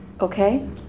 Okay